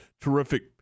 terrific